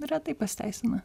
retai pasiteisina